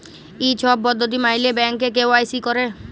ই ছব পদ্ধতি ম্যাইলে ব্যাংকে কে.ওয়াই.সি ক্যরে